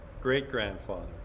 great-grandfather